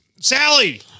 Sally